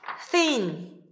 Thin